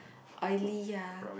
oily ya